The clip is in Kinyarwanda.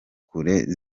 kure